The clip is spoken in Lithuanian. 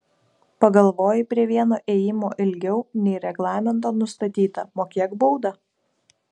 pagalvojai prie vieno ėjimo ilgiau nei reglamento nustatyta mokėk baudą